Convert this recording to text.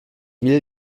will